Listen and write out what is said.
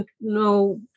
no